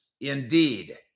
indeed